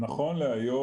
נכון להיום,